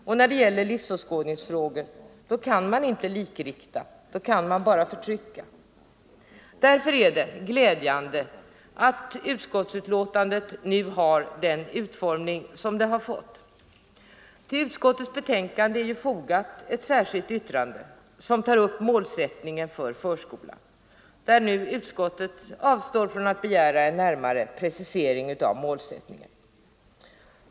Och när det gäller livsåskådningsfrågor kan man inte likrikta. Då kan man förtrycka. Därför är det glädjande att utskottsbetänkandet har fått den utformning det nu har. Till utskottets betänkande är fogat ett särskilt yttrande, som gäller målsättningen för förskolan; på den punkten avstår utskottsmajoriteten från att begära en närmare precisering.